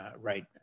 right